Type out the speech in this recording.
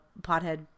pothead